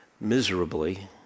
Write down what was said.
miserably